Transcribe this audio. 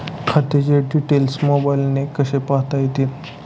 खात्याचे डिटेल्स मोबाईलने कसे पाहता येतील?